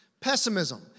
Pessimism